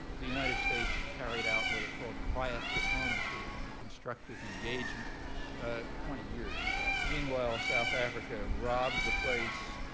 the united states carried out what it called quiet diplomacy and constructive engagement twenty years, in fact. meanwhile, south africa robbed the place,